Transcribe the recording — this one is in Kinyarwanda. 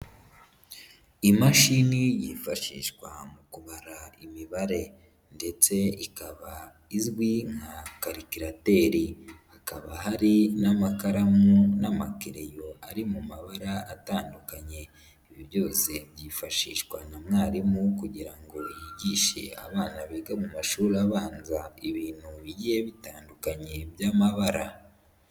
Imashini yifashishwa mu kubara imibare ndetse ikaba izwi nka karikirateri hakaba hari n'amakaramu n'amakereyo ari mu mabara atandukanye. Ibi byose byifashishwa na mwarimu kugira ngo yigishe abana biga mu mashuri abanza ibintu bigiye bitandukanye by'amabara.